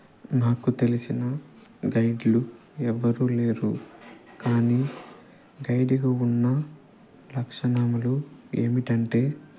నాకు తెలిసిన గైడ్లు ఎవ్వరూ లేరు కానీ గైడ్గా ఉన్న లక్షణములు ఏమిటంటే